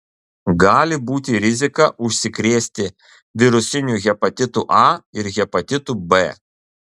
gali būti rizika užsikrėsti virusiniu hepatitu a ir hepatitu b